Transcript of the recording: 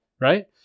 right